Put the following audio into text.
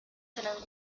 serán